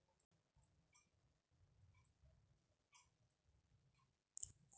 एक एकर ज्वारीला किती युरिया टाकायचा?